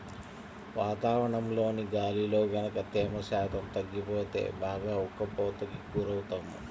వాతావరణంలోని గాలిలో గనక తేమ శాతం తగ్గిపోతే బాగా ఉక్కపోతకి గురవుతాము